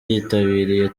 yitabiriye